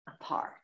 apart